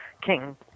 king